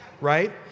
right